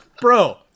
bro